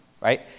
Right